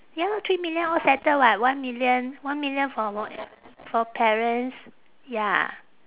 ya lah three million all settle [what] one million one million for m~ for parents ya